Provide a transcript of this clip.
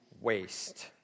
waste